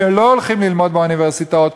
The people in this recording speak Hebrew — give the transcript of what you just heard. שלא הולכים ללמוד באוניברסיטאות,